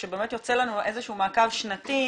זה שבאמת יוצא לנו איזשהו מעקב שנתי.